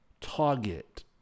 Target